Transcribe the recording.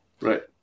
right